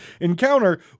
encounter